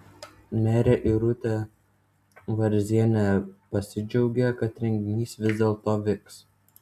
merė irutė varzienė pasidžiaugė kad renginys vis dėlto vyks